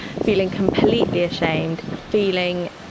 feeling completely ashamed, feeling,